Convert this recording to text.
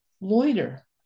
Loiter